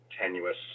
tenuous